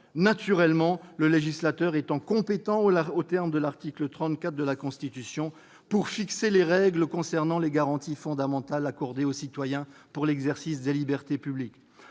naturellement compétent, aux termes de l'article 34 de la Constitution, pour « fixer les règles concernant les garanties fondamentales accordées aux citoyens pour l'exercice des libertés publiques